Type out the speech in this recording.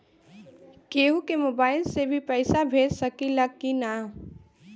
केहू के मोवाईल से भी पैसा भेज सकीला की ना?